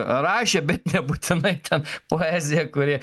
rašė bet nebūtinai ten poeziją kuri